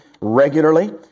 regularly